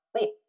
wait